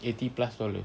eighty plus dollar